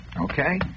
Okay